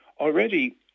already